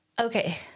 Okay